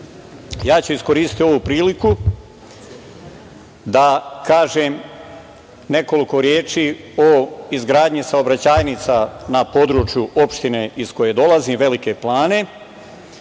Srbije. Iskoristiću ovu priliku da kažem nekoliko reči o izgradnji saobraćajnica na području opštine iz koje dolazim, Velike Plane.